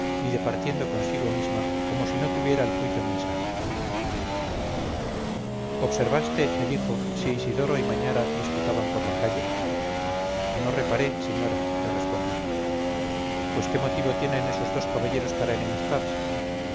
y departiendo consigo misma como si no tuviera el juicio muy sano observaste me dijo si isidoro y mañara disputaban por la calle no reparé señora le respondí pues qué motivo tienen esos dos caballeros para enemistarse